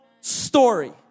story